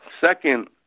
second